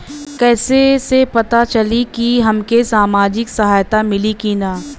कइसे से पता चली की हमके सामाजिक सहायता मिली की ना?